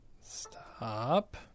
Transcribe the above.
stop